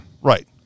Right